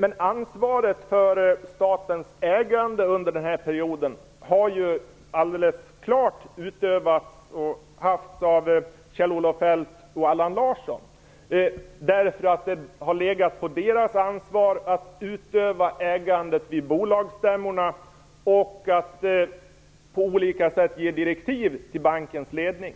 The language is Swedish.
Men ansvaret för statens ägande under den här perioden har alldeles klart innehafts av Kjell-Olof Feldt och Allan Larsson. Det har legat på deras ansvar att utöva ägandet på bolagsstämmorna och att på olika sätt ge direktiv till bankens ledning.